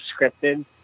scripted